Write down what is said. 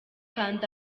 kanda